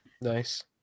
nice